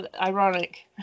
ironic